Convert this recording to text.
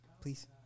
please